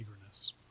eagerness